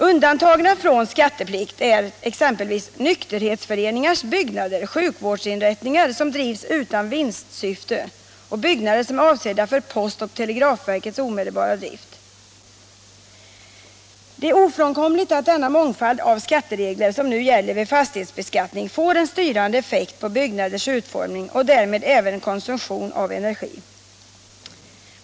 Undantagna från skatteplikt är exempelvis nykterhetsföreningars byggnader, sjukvårdsinrättningar som drivs utan vinstsyfte, byggnader avsedda för postverkets och televerkets omedelbara drift. Det är ofrånkomligt att denna mångfald av skatteregler som nu gäller vid fastighetsbeskattning får en styrande effekt på byggnaders utformning och därmed även på konsumtionen av energi.